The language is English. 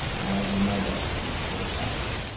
i do my best to give satisfaction,